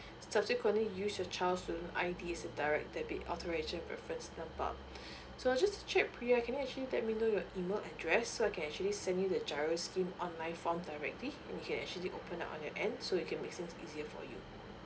subsequently use your child's student I_D as a direct debit authorization reference number so just to check pria can you actually let me know your email address so I can actually send you the giro scheme online form directly you can actually open up on your end so it can make things easier for you